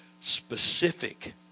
specific